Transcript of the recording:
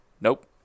Nope